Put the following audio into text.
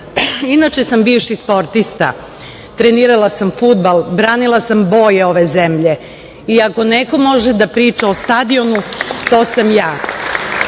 sam bivši sportista, trenirala sam fudbal i branila sam boj ove zemlje i ako neko može da priča o stadionu, to sam ja.